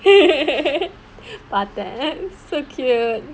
பாத்தேன்:paathaen so cute